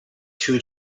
two